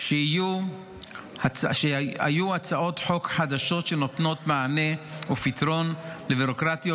שיהיו הצעות חוק חדשות שנותנות מענה ופתרון לביורוקרטיות,